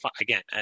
Again